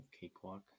cakewalk